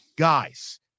guys